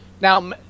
Now